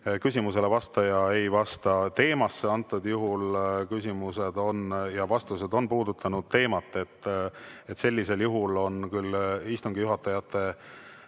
küsimusele vastaja ei vasta teemasse. Antud juhul küsimused ja vastused on puudutanud teemat. Sellisel juhul on küll istungi juhatajate